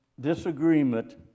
Disagreement